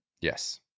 Yes